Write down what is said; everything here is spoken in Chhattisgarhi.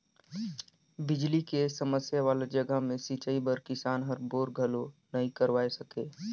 बिजली के समस्या वाला जघा मे सिंचई बर किसान हर बोर घलो नइ करवाये सके